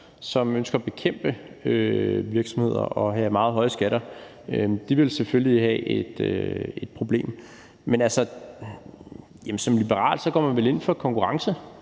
som ønsker at bekæmpe virksomheder og have meget høje skatter, selvfølgelig ville have et problem. Men som liberal går man vel ind for konkurrence.